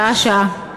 שעה-שעה.